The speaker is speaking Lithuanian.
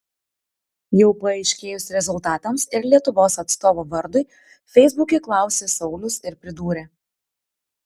jau paaiškėjus rezultatams ir lietuvos atstovo vardui feisbuke klausė saulius ir pridūrė